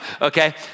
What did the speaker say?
okay